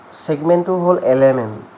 চেগমেণ্টটো হ'ল L M M